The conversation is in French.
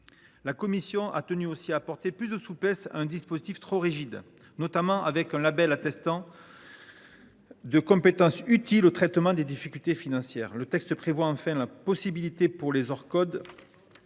La commission a tenu aussi à apporter plus de souplesse à un dispositif trop rigide, notamment en créant un label attestant de compétences utiles au traitement des difficultés financières. Le texte prévoit enfin la possibilité pour les opérations